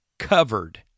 covered